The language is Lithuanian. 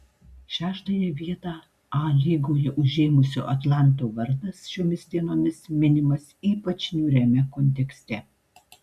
šeštąją vietą a lygoje užėmusio atlanto vardas šiomis dienomis minimas ypač niūriame kontekste